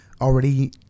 already